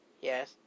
Yes